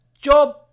job